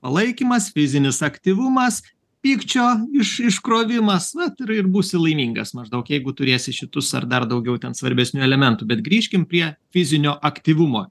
palaikymas fizinis aktyvumas pykčio iš iškrovimas na tai ir būsi laimingas maždaug jeigu turėsi šitus ar dar daugiau ten svarbesnių elementų bet grįžkim prie fizinio aktyvumo